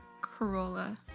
Corolla